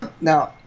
now